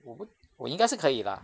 我不我应该是可以 lah